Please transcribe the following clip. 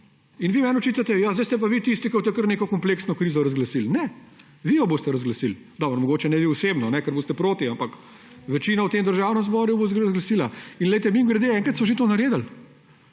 In vi meni očitate, ja sedaj ste pa vi tisti, ki boste kar neko kompleksno krizo razglasili. Ne, vi jo boste razglasili! Dobro, mogoče ne vi osebno, ker boste proti, ampak večina v tem državnem zboru jo bo razglasila. Mimogrede, enkrat so že to naredili;